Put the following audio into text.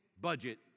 budget